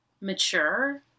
mature